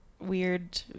weird